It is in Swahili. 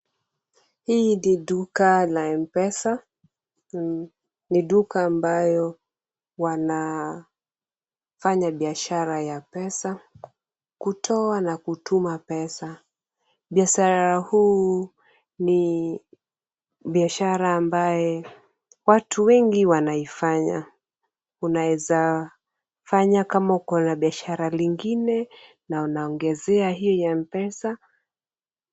Hii ni duka la M-Pesa, ni duka ambayo wanafanya biashara ya pesa, kutoa na kutuma pesa. Biashara huu ni biashara ambaye watu wengi wanaifanya. Unaeza fanya kama uko na biashara lingine na unaongezea hii ya M-Pesa.